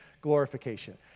glorification